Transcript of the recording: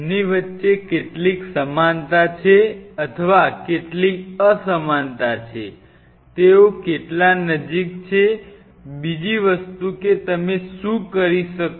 તેમની વચ્ચે કેટલી સમાનતા છે અથવા કેટલી અસમાનતા છે તેઓ કેટલા નજીક છે બીજી વસ્તુ કે તમે શું કરી શકો